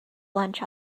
lunch